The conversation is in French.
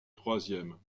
troisième